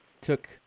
took